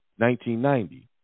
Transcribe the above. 1990